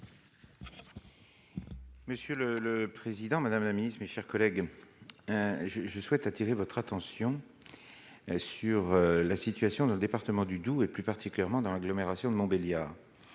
Monsieur le Président, Madame la Ministre, mes chers collègues, je souhaite attirer votre attention sur la situation dans le département du Doubs et plus particulièrement dans l'agglomération de Montbéliard